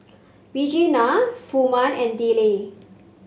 Regena Furman and Dillie